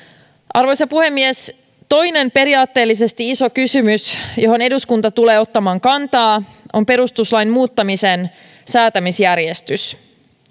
arvoisa puhemies toinen periaatteellisesti iso kysymys johon eduskunta tulee ottamaan kantaa on perustuslain muuttamisen säätämisjärjestys